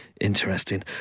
interesting